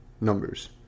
Numbers